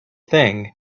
thing